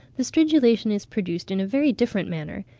the stridulation is produced in a very different manner,